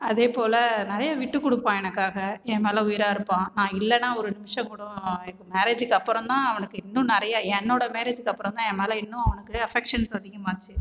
அதே போல நிறையா விட்டுக்கொடுப்பான் எனக்காக என் மேலே உயிராகருப்பான் நான் இல்லேனா ஒரு நிமிஷம் கூட மேரேஜிக்கு அப்புறம் தான் அவனுக்கு இன்னும் நிறையா என்னோடய மேரேஜிக்கு அப்புறம் தான் என் மேலே இன்னும் அவனுக்கு அஃபக்க்ஷன்ஸ் அதிகமாகிச்சு